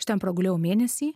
aš ten pragulėjau mėnesį